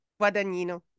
Guadagnino